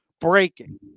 breaking